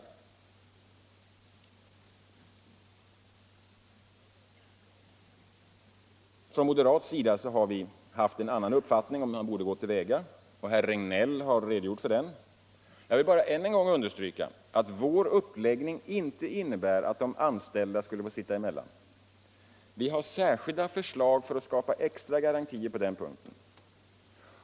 På den moderata sidan har vi haft en annan uppfattning om hur man borde ha gått till väga. Herr Regnéll har redogjort för den. Jag vill bara än en gång understryka att vår uppläggning inte innebär att de anställda skulle få sitta emellan. Vi har särskilda förslag för att skapa extra garantier på den punkten.